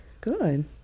Good